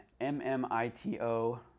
M-M-I-T-O